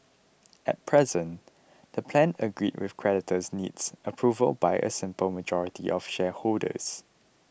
at present the plan agreed with creditors needs approval by a simple majority of shareholders